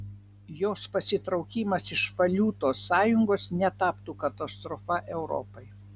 jos pasitraukimas iš valiutos sąjungos netaptų katastrofa europai